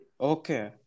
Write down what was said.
okay